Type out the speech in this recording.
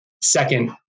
second